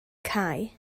cau